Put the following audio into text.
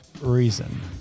reason